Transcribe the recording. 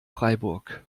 freiburg